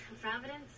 Providence